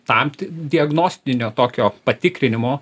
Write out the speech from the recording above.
tam ti diagnostinio tokio patikrinimo